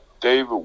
David